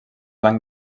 banc